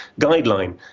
guideline